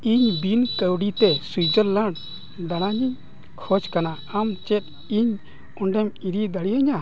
ᱤᱧ ᱵᱤᱱ ᱠᱟᱹᱣᱰᱤᱛᱮ ᱥᱩᱭᱡᱟᱨᱞᱮᱱᱰ ᱫᱟᱲᱟᱱᱤᱧ ᱠᱷᱚᱡᱽ ᱠᱟᱱᱟ ᱟᱢ ᱪᱮᱫ ᱤᱧ ᱚᱸᱰᱮᱢ ᱤᱫᱤ ᱫᱟᱲᱮᱭᱤᱧᱟᱹ